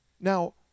Now